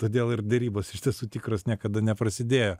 todėl ir derybos iš tiesų tikros niekada neprasidėjo